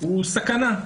הוא סכנה,